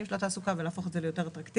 של התעסוקה כדי להפוך את זה ליותר אטרקטיבי.